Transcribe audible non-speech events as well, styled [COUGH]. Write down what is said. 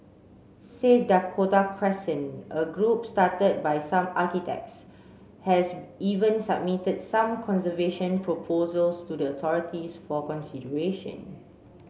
save Dakota Crescent a group started by some architects has even submitted some conservation proposals to the [UNINTELLIGIBLE] for consideration